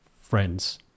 friends